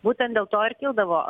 būtent dėl to ir kildavo